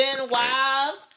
wives